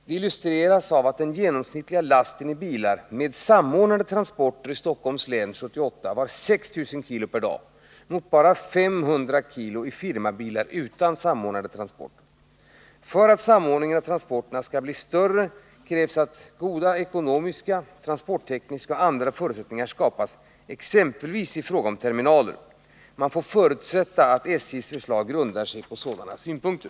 Det illustreras av att den genomsnittliga lasten i bilar med samordnade transporter i Stockholms län 1978 var 6 000 kg per dag mot 500 kg i firmabilar utan samordnade transporter. För att samordningen av transporterna skall bli större krävs att goda ekonomiska, transporttekniska och andra förutsättningar skapas — exempelvis i fråga om terminaler. Man får förutsätta att SJ:s förslag grundar sig på sådana synpunkter.